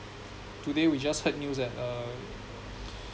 today we just heard news that uh